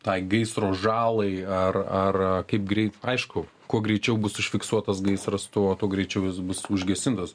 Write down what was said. tai gaisro žalai ar ar kaip greit aišku kuo greičiau bus užfiksuotas gaisras tuo tuo greičiau jis bus užgesintas